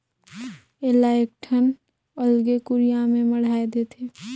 एला एकठन अलगे कुरिया में मढ़ाए देथे